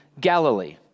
Galilee